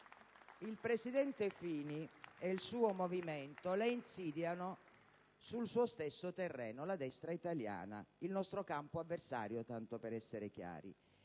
Il presidente Fini e il suo movimento la insidiano sul suo stesso terreno, la destra italiana, il nostro campo avversario, tanto per essere chiari.